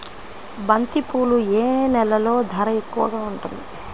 బంతిపూలు ఏ నెలలో ధర ఎక్కువగా ఉంటుంది?